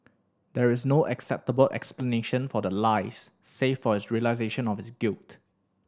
there is no acceptable explanation for the lies save for his realisation of his guilt